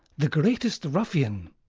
the greatest ruffian,